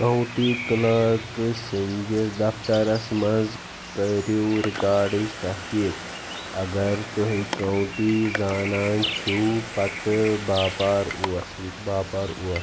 county کلرکہٕ سٕنٛدِس دفترَس منٛز کٔرِو رِکاڈٕچ تٔحقیٖق اگر توہہِ کاؤنٹی زانان چھِو پتہٕ باپار اوس ییٚتہِ باپار او